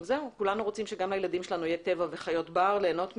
כולנו רוצים שגם לילדים שלנו יהיה טבע וחיות בר ליהנות מהם.